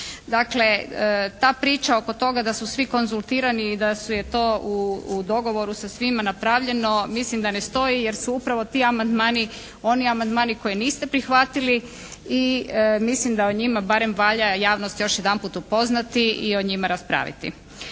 Dakle ta priča oko toga da su svi konzultirani i da je to u dogovoru sa svima napravljeno mislim da ne stoji jer su upravo ti amandmani oni amandmani koje niste prihvatili i mislim da o njima barem valja javnost još jedanput upoznati i o njima raspraviti.